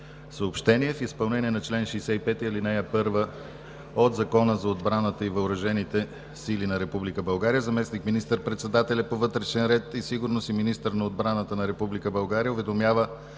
вътрешен ред и сигурност и министър на отбраната на Република